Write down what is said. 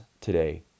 today